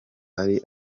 hari